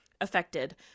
affected